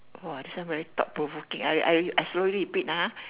!wah! this one very thought provoking I I slowly repeat ah